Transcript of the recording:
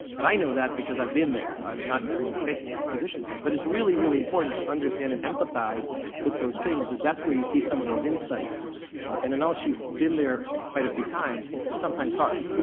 but i know that because i've been there, not um on the physician side. but it's really, really important to understand and empathize with those things because that's where you see some of those insights and unless you've been there quite a few times it's sometimes hard.